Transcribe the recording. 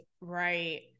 right